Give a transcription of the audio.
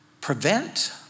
prevent